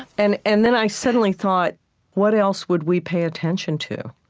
and and then i suddenly thought what else would we pay attention to,